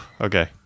Okay